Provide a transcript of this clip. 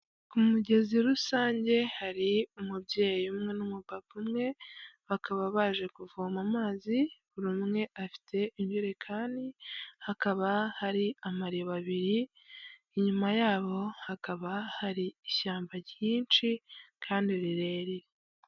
Ku mugezi rusange hari umubyeyi umwe n'umupapa umwe, bakaba baje kuvoma amazi buri umwe afite ijerekani hakaba hari amariba abiri, inyuma yabo hakaba hari ishyamba ryinshi kandi rirerire.